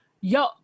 yo